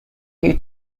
you